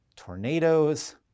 tornadoes